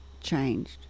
changed